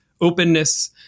openness